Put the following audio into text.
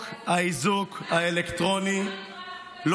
אבל לא אמרנו שהאיזוק האלקטרוני היה עוזר לכולן.